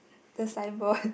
the sign board